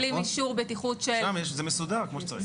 בטיחות --- שם זה מסודר כמו שצריך.